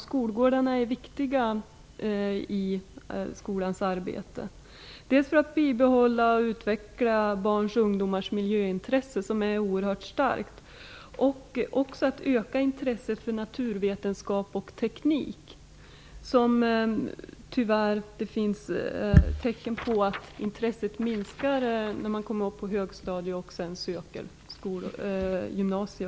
Skolgårdarna är viktiga i skolans arbete, dels för att bibehålla och utveckla barns och ungdomars miljöintresse, som är oerhört starkt, dels för att öka intresset för naturvetenskap och teknik. Det finns tyvärr tecken på att intresset för dessa ämnen minskar när eleverna kommit upp på högstadiet och sedan söker till gymnasiet.